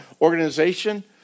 organization